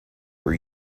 were